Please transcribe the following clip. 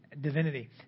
divinity